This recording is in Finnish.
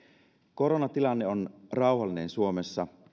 koronatilanne on rauhallinen suomessa